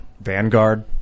Vanguard